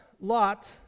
Lot